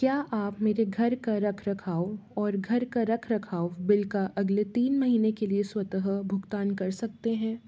क्या आप मेरे घर का रखरखाव और घर का रखरखाव बिल का अगले तीन महीनों के लिए स्वतः भुगतान कर सकते हैं